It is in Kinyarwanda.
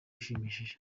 ishimishije